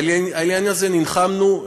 על העניין הזה נלחמנו.